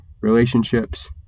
relationships